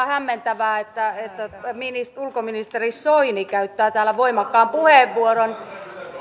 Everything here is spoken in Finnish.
hämmentävää että ulkoministeri soini käyttää täällä voimakkaan puheenvuoron